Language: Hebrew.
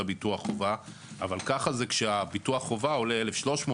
הביטוח חובה בשנה אבל ככה זה כשביטוח חובה עולה 1,300,